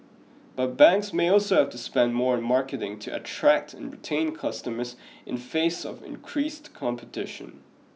but banks may also have to spend more on marketing to attract and retain customers in face of increased competition